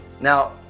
Now